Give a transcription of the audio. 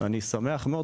אני שמח מאוד,